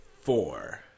four